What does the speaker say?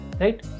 Right